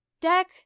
deck